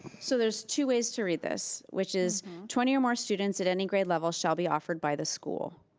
so there's two ways to read this, which is twenty or more students at any grade level shall be offered by the school.